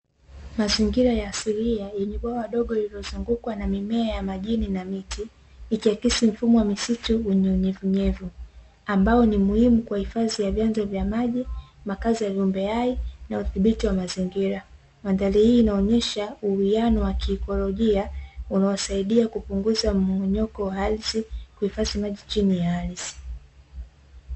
Mazingira ya asilia yenye bwawa dogo lililozungukwa na mimea ya majini na miti. Ikiakisi mfumo wa msitu wenye unyevunyevu ambao ni muhimu kwa hifadhi ya vyanzo vya maji, makazi ya viumbe hai na udhibiti wa mazingira. Mandhari hii inaonyesha uwiano wa kiikolojia unaowasaidia kupunguza mmomonyoko wa ardhi, kuhifadhi maji chini ya ardhi.